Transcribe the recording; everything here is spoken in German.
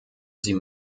sie